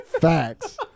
Facts